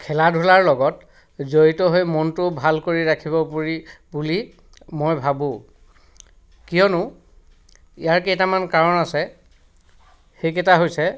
খেলা ধূলাৰ লগত জড়িত হৈ মনটো ভাল কৰি ৰাখিব পাৰি বুলি মই ভাবোঁ কিয়নো ইয়াৰ কেইটামান কাৰণ আছে সেইকেইটা হৈছে